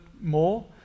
more